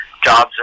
jobs